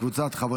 ביטון,